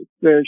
fish